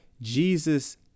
Jesus